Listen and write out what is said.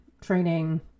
training